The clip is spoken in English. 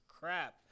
crap